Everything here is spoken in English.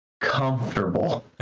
comfortable